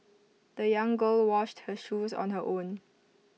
the young girl washed her shoes on her own